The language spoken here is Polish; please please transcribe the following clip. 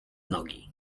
nogi